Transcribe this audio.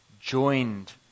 joined